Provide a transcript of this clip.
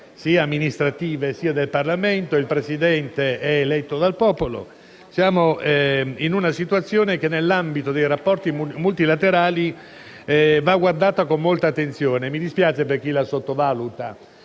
amministrative, del Parlamento e il cui Presidente è eletto dal popolo. Siamo in una situazione che nell'ambito dei rapporti multilaterali va guardata con molta attenzione. Mi dispiace per chi la sottovaluta,